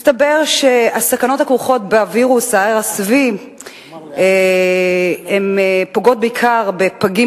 מסתבר שהסכנות הכרוכות בווירוס ה-RSV פוגעות בעיקר בפגים